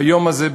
ביום הזה,